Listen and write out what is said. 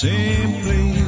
Simply